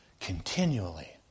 continually